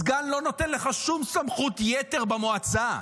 סגן לא נותן לך שום סמכות יתר במועצה.